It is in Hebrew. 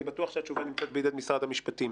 אני בטוח שהתשובה נמצאת בידי משרד המשפטים.